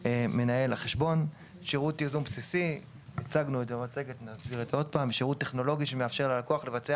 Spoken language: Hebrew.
מנהל החשבון; שירות ייזום בסיסי הוא שירות טכנולוגי שמאפשר ללקוח לבצע